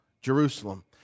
Jerusalem